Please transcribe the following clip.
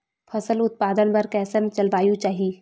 फसल उत्पादन बर कैसन जलवायु चाही?